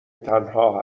تنها